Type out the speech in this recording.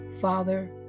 Father